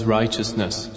righteousness